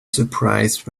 surprised